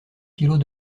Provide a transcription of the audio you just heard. kilos